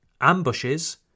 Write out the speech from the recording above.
ambushes